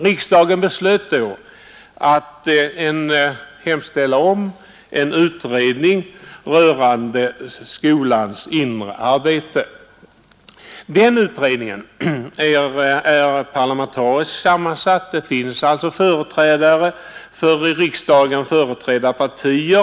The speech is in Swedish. Riksdagen beslöt då att hemställa om en utredning rörande skolans inre arbete. Den utredningen är parlamentariskt sammansatt; det finns alltså företrädare för i riksdagen representerade partier.